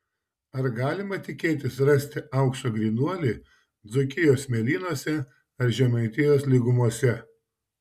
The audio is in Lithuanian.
ar galima tikėtis rasti aukso grynuolį dzūkijos smėlynuose ar žemaitijos lygumose